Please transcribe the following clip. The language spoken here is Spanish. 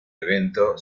evento